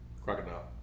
Crocodile